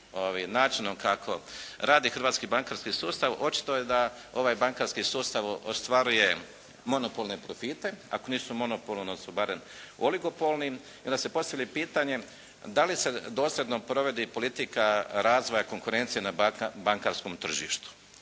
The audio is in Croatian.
načinom kako radi hrvatski bankarski sustav očito je da ovaj bankarski sustav ostvaruje monopolne profite. Ako nisu monopolni onda su barem oligopolnim i onda se postavlja pitanje da li se dosljedno provodi politika razvoja konkurencije na bankarskom tržištu